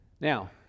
now